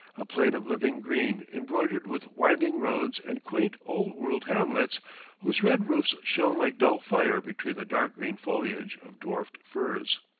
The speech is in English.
a plain of living green embroidered with winding roads and quaint old-world hamlets whose red roofs shone like dull fire between the dark green foliage of dwarfed firs.